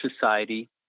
society